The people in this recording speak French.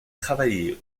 travaillé